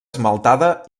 esmaltada